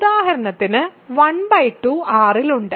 ഉദാഹരണത്തിന് ½ R ൽ ഉണ്ട്